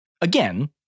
again